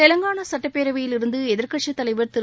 தெலங்கானா சட்டப்பேரவையில் இருந்து எதிர்க்கட்சித் தலைவர் திரு